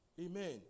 Amen